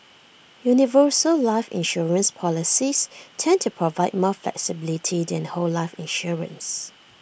universal life insurance policies tend to provide more flexibility than whole life insurance